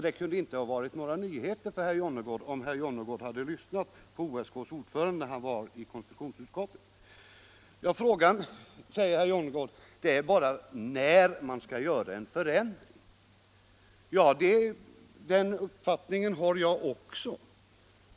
Det hade inte varit några nyheter för herr Jonnergård, om han hade lyssnat när OSK:s ordförande besökte konstitutionsutskottet. Frågan är bara, säger herr Jonnergård, när man skall göra en förändring. Den uppfattningen har även jag.